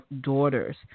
daughters